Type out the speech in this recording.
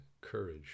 Courage